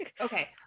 Okay